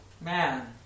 Man